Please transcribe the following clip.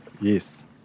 Yes